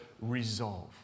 resolve